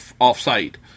off-site